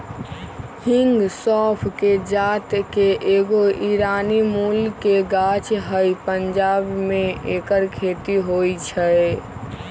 हिंग सौफ़ कें जात के एगो ईरानी मूल के गाछ हइ पंजाब में ऐकर खेती होई छै